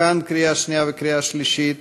לקריאה שנייה וקריאה שלישית,